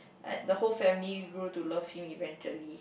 like the whole family grew to love him eventually